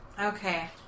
Okay